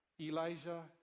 Elijah